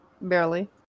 Barely